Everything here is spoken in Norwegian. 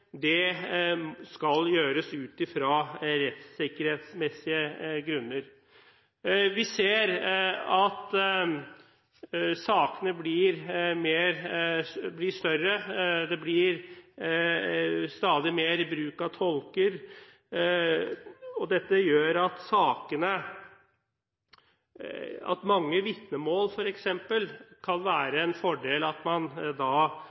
domstoler, skal gjøres ut fra rettssikkerhetsmessige grunner. Vi ser at sakene blir større, og det blir stadig mer bruk av tolker. Dette gjør at det kan være en fordel at f.eks. vitnemål spilles av i anneninstans. Det vil da være mindre muligheter for tiltalte å endre forklaring. Mange